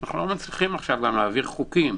אנחנו לא מצליחים גם להעביר כעת חוקים.